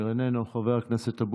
חבר הכנסת קושניר, איננו.